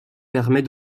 permet